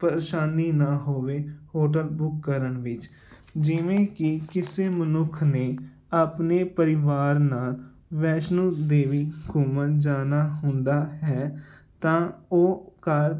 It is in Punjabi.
ਪਰੇਸ਼ਾਨੀ ਨਾ ਹੋਵੇ ਹੋਟਲ ਬੁੱਕ ਕਰਨ ਵਿੱਚ ਜਿਵੇਂ ਕਿ ਕਿਸੇ ਮਨੁੱਖ ਨੇ ਆਪਣੇ ਪਰਿਵਾਰ ਨਾਲ ਵੈਸ਼ਨੋ ਦੇਵੀ ਘੁੰਮਣ ਜਾਣਾ ਹੁੰਦਾ ਹੈ ਤਾਂ ਉਹ ਘਰ